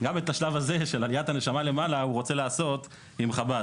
גם את השלב הזה של עליית הנשמה למעלה הוא רוצה לעשות עם חב"ד.